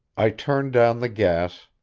i turned down the gas,